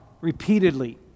repeatedly